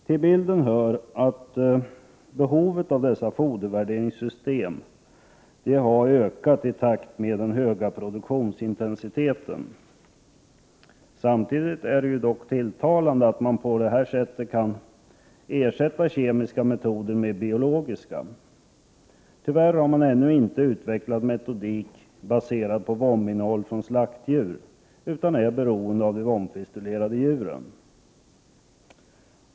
Till bilden hör att behovet av fodervärderingssystem har ökat i takt med produktionsintensiteten. Samtidigt är det dock tilltalande att man på detta sätt kan ersätta kemiska metoder med biologiska. Tyvärr har man ännu inte utvecklat metodik baserad på vominnehåll från slaktdjur, utan man är beroende av de vomfistelerade djuren.